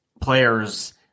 players